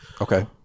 Okay